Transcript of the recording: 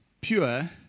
pure